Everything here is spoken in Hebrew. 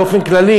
באופן כללי,